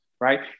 Right